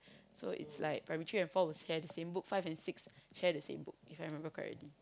so it's like primary three and four will share the same book five and six share the same book If I remember correctly